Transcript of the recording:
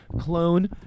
clone